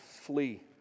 flee